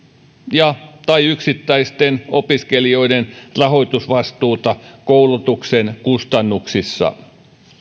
ja tai yksittäisten opiskelijoiden rahoitusvastuuta koulutuksen kustannuksista